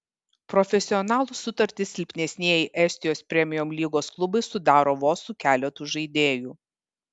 profesionalų sutartis silpnesnieji estijos premium lygos klubai sudaro vos su keletu žaidėjų